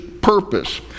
purpose